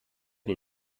den